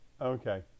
Okay